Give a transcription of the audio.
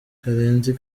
karenzi